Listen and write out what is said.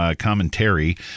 commentary